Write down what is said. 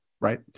right